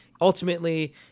ultimately